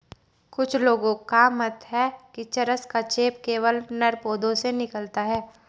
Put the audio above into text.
कुछ लोगों का मत है कि चरस का चेप केवल नर पौधों से निकलता है